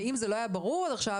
אם זה לא היה ברור עד עכשיו,